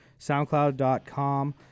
soundcloud.com